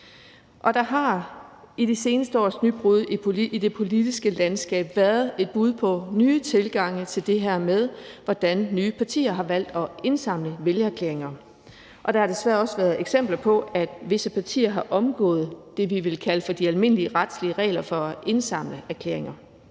Og der har i de seneste års nybrud i det politiske landskab været bud på nye tilgange til det her med, hvordan nye partier har valgt at indsamle vælgererklæringer, og der har desværre også været eksempler på, at visse partier har omgået det, vi vil kalde for de almindelige retlige regler for at indsamle erklæringer.